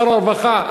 שר הרווחה,